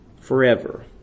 forever